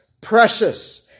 precious